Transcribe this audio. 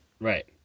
Right